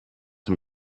dem